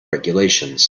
regulations